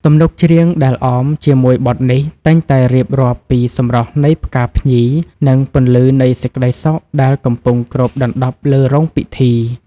ទំនុកច្រៀងដែលអមជាមួយបទនេះ តែងតែរៀបរាប់ពីសម្រស់នៃផ្កាភ្ញី និងពន្លឺនៃសេចក្តីសុខដែលកំពុងគ្របដណ្តប់លើរោងពិធី